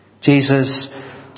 Jesus